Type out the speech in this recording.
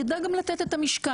ידע גם לתת את המשקל.